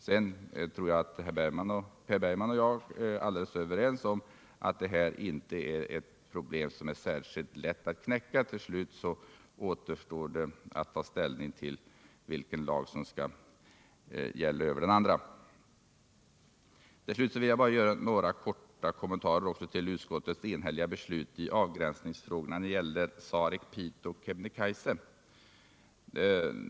Jag tror att Per Bergman och jag är överens om att detta inte är ett problem som är särskilt lätt att knäcka. Det återstår att ta ställning till vilken lag som skall gälla över den andra. Till slut vill jag bara göra några korta kommentarer till utskottets enhälliga beslut i avgränsningsfrågornaa när det gäller områdena Sarek-Pite och Kebnekaise.